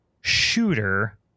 shooter